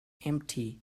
empty